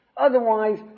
Otherwise